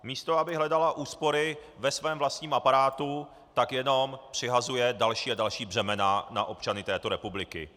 Místo aby hledala úspory ve svém vlastním aparátu, tak jenom přihazuje další a další břemena na občany této republiky.